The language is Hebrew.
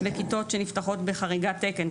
וכיתות שנפתחות בחריגת תקן,